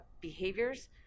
behaviors